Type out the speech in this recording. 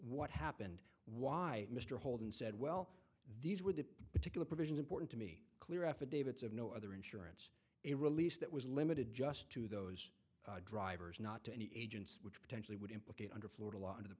what happened why mr holden said well these were the particular provisions important to me clear affidavits of no other insurance a release that was limited just to those drivers not to any agents which potentially would implicate under florida law to the